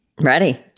Ready